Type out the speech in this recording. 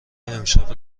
امشب